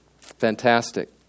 Fantastic